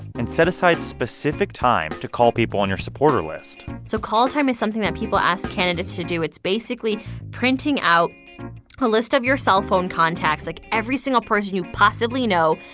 and set aside specific time to call people on your supporter list so call time is something that people ask candidates to do. it's basically printing out a list of your cellphone contacts, like every single person you possibly know,